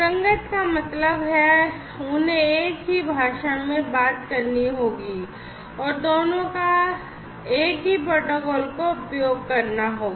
संगत का मतलब है कि उन्हें एक ही भाषा में बात करनी होगी और दोनों को एक ही प्रोटोकॉल का उपयोग करना होगा